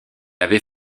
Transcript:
avait